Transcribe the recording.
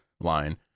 line